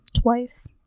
twice